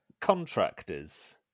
contractors